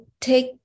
take